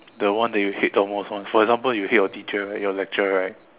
the one that you hate the most one for example you hate your teacher right your lecturer right